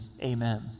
amen